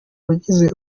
abagize